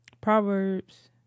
Proverbs